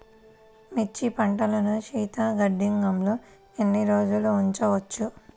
మిర్చి పంటను శీతల గిడ్డంగిలో ఎన్ని రోజులు ఉంచవచ్చు?